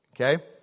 Okay